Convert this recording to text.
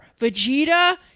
vegeta